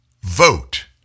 vote